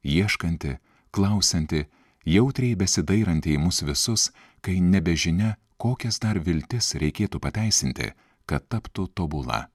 ieškanti klausianti jautriai besidairanti į mus visus kai nebežinia kokias dar viltis reikėtų pateisinti kad taptų tobula